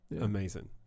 amazing